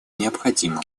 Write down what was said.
необходимым